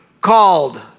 called